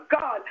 god